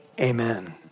Amen